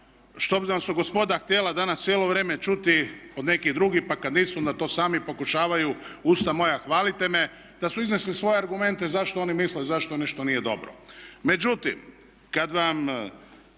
što su gospoda htjela danas cijelo vrijeme čuti od nekih drugih pa kad nisu onda to sami pokušavaju, usta moja hvalite me, da su iznijeli svoje argumente zašto oni misle zašto nešto nije dobro.